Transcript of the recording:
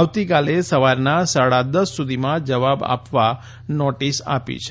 આવતીકાલે સવારકના સાડાદસ સુધીમાં જવાબ આપવા નોટીસ આપી છે